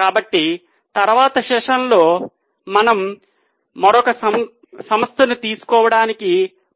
కాబట్టి తరువాతి సెషన్లో మనము మరొక సంస్థను తీసుకోవడానికి